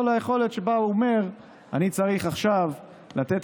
או ליכולת שבה הוא אומר: אני צריך עכשיו לתת